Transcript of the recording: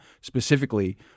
specifically